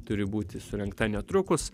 turi būti surengta netrukus